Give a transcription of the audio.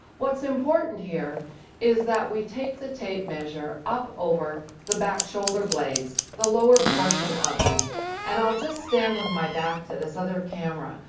what's important here is that we take the tape measure up over the back shoulder blades the lower portion of them and i'll just stand with my back to this other camera.